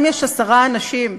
אם יש עשרה אנשים,